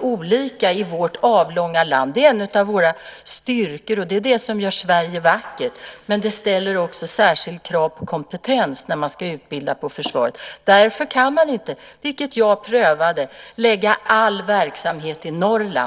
olika i vårt avlånga land. Det är en av våra styrkor och det som gör Sverige vackert. Men det ställer också särskilda krav på kompetens när man ska utbilda inom försvaret. Därför kan man inte - vilket jag har prövat - förlägga all verksamhet till Norrland.